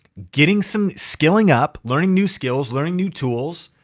getting some skilling up, learning new skills, learning new tools.